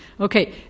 Okay